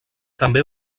també